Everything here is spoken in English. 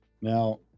now